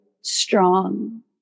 strong